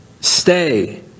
stay